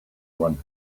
one